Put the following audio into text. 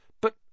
But